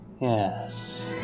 Yes